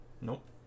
Nope